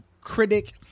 critic